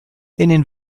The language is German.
den